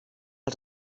als